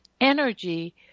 energy